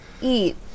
eat